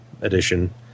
edition